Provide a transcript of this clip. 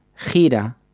gira